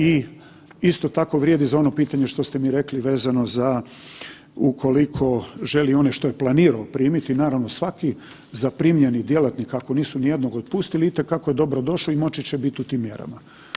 I isto tako vrijedi za ono pitanje što ste mi rekli vezano za ukoliko želi onaj što je planirao primiti svaki zaprimljeni djelatnik ako nisu nijednog otpustili itekako je dobrodošao i moći će biti u tim mjerama.